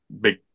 big